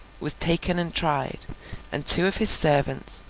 was taken and tried and two of his servants,